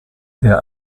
der